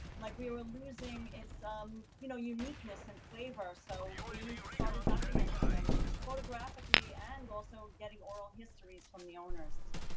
like we were losing it's, um you know, uniqueness and flavor. so we started documenting them photographically and also getting oral histories from the owners.